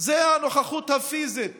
זה הנוכחות הפיזית